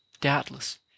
doubtless